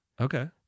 Okay